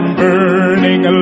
burning